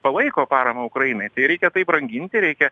palaiko paramą ukrainai tai reikia tai branginti reikia